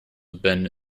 bend